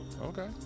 Okay